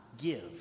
give